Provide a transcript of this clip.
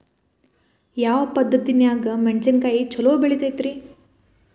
ಯಾವ ಪದ್ಧತಿನ್ಯಾಗ ಮೆಣಿಸಿನಕಾಯಿ ಛಲೋ ಬೆಳಿತೈತ್ರೇ?